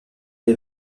les